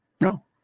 No